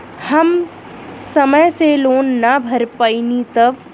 हम समय से लोन ना भर पईनी तब?